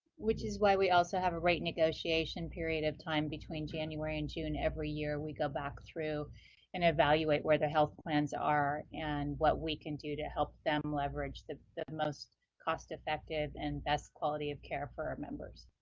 which is why we also have a rate negotiation period of time between january and june every year we go back through and evaluate where the health plans are and what we can do to help them leverage the most cost effective and best quality of care for our members.